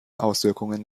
auswirkungen